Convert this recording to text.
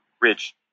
rich